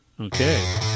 Okay